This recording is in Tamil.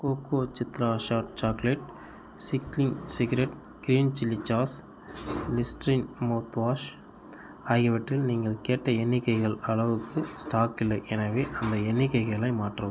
கோகோசித்ரா ஷாட் சாக்லேட் சிக்கிங் சீகிரட் green chilli sauce Listerine mouthwash ஆகியவற்றில் நீங்கள் கேட்ட எண்ணிக்கைகள் அளவுக்கு ஸ்டாக் இல்லை எனவே அந்த எண்ணிக்கைகளை மாற்றவும்